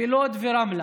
בלוד ורמלה.